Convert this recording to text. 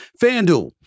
FanDuel